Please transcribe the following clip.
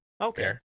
Okay